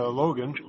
logan